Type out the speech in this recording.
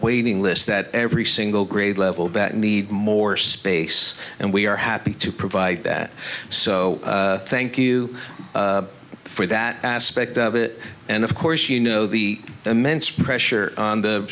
waiting list that every single grade level that need more space and we are happy to provide that so thank you for that aspect of it and of course you know the immense pressure on the